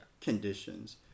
conditions